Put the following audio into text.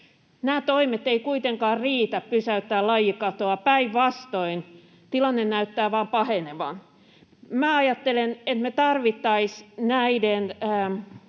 Nämä toimet eivät kuitenkaan riitä pysäyttämään lajikatoa. Päinvastoin tilanne näyttää vain pahenevan. Ajattelen, että me tarvittaisiin näiden